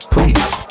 Please